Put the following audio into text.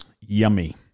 Yummy